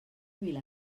vila